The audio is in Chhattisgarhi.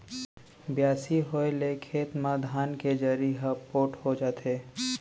बियासी होए ले खेत म धान के जरी ह पोठ हो जाथे